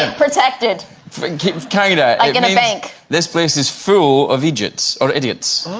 and protected kinda i'm gonna bank this place is full of egypt's or idiots